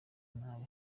nabi